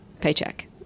paycheck